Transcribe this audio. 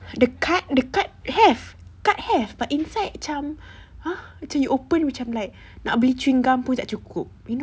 the card the card have card have but inside macam !huh! macam you open macam like nak beli chewing gum pun tak cukup you know